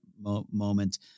moment